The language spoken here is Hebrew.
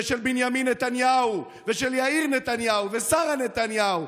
ושל בנימין נתניהו ושל יאיר נתניהו ושרה נתניהו,